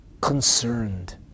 concerned